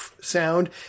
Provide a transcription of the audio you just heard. sound